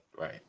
Right